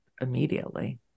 immediately